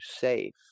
safe